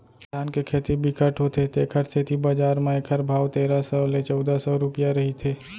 धान के फसल बिकट होथे तेखर सेती बजार म एखर भाव तेरा सव ले चउदा सव रूपिया रहिथे